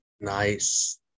Nice